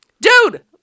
Dude